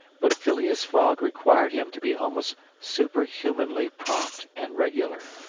but phileas fogg required him to be almost superhumanly prompt and regular.